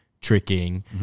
tricking